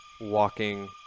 walking